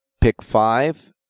pick-five